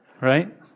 Right